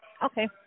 Okay